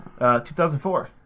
2004